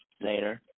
later